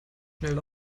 schnell